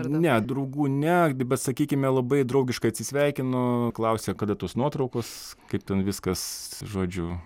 ne draugų ne bet sakykime labai draugiškai atsisveikino klausė kada tos nuotraukos kaip ten viskas žodžiu